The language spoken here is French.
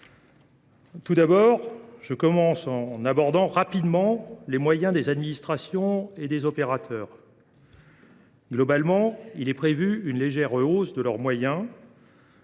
saillants. Je commence en abordant rapidement les moyens des administrations et des opérateurs. Globalement, il est prévu une légère hausse de ces moyens.